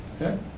okay